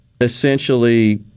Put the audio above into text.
essentially